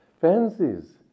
fancies